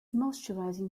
moisturising